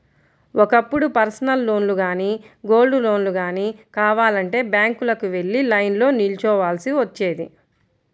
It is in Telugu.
ఒకప్పుడు పర్సనల్ లోన్లు గానీ, గోల్డ్ లోన్లు గానీ కావాలంటే బ్యాంకులకు వెళ్లి లైన్లో నిల్చోవాల్సి వచ్చేది